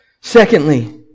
Secondly